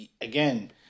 Again